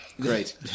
Great